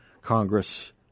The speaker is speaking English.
Congress